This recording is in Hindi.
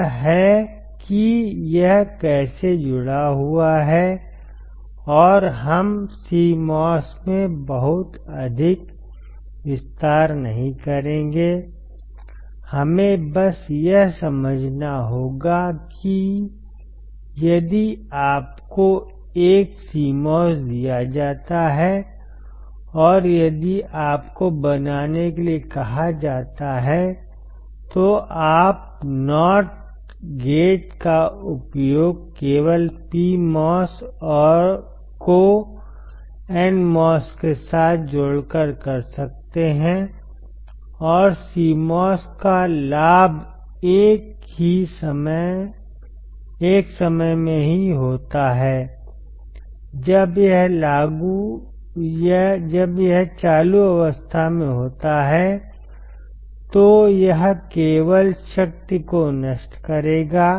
यह है कि यह कैसे जुड़ा हुआ है और हम CMOS में बहुत अधिक विस्तार नहीं करेंगे हमें बस यह समझना होगा कि यदि आपको एक CMOS दिया जाता है और यदि आपको बनाने के लिए कहा जाता है तो आप NOT गेट का उपयोग केवल PMOS को NMOS के साथ जोड़कर कर सकते हैं और CMOS का लाभ एक समय में ही होता है जब यह चालू अवस्था में होता है तो यह केवल शक्ति को नष्ट करेगा